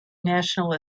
national